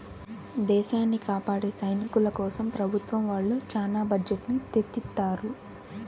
దేశాన్ని కాపాడే సైనికుల కోసం ప్రభుత్వం వాళ్ళు చానా బడ్జెట్ ని తెచ్చిత్తారు